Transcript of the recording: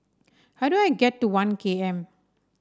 how do I get to One K M